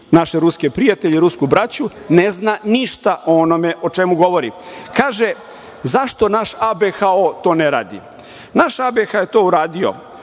naše ruske prijatelje i rusku braću, ne zna ništa o onome o čemu govorim. Kaže - zašto naš ABHO to ne radi? Naš ABHO je to uradio